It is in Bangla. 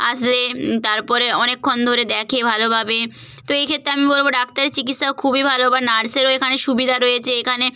আসে তারপরে অনেকক্ষণ ধরে দেখে ভালোভাবে তো এই ক্ষেত্রে আমি বলব ডাক্তারের চিকিৎসাও খুবই ভালো বা নার্সেরও এখানে সুবিধা রয়েছে এখানে